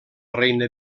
reina